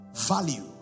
Value